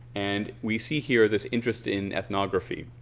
and we see here this interest in ethnography